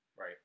Right